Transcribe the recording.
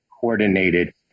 coordinated